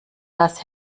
das